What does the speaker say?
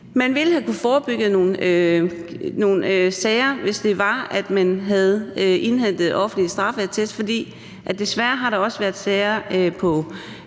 Man ville kunne have forebygget nogle sager, hvis man havde indhentet offentlig straffeattest. Der har desværre også været sager på